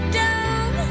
down